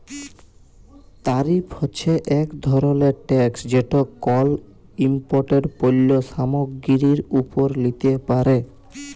তারিফ হছে ইক ধরলের ট্যাকস যেট কল ইমপোর্টেড পল্য সামগ্গিরির উপর লিতে পারে